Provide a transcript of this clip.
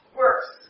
works